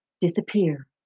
disappear